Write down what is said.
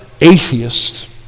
atheist